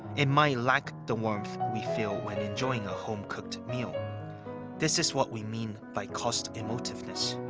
it might lack the warmth we feel when enjoying a home-cooked meal this is what we mean by cost-emotiveness.